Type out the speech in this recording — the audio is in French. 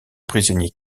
prisonniers